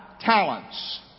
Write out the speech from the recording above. talents